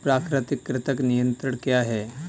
प्राकृतिक कृंतक नियंत्रण क्या है?